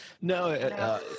no